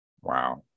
wow